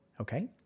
Okay